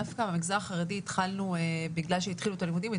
דווקא במגזר החרדי התחלנו בגלל שהתחילו את הלימודים.